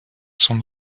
son